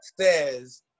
says